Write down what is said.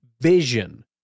vision